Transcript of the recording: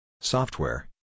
Software